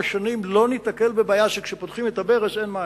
שנים לא ניתקל בבעיה שכאשר פותחים את הברז אין מים.